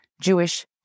Jewish